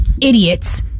idiots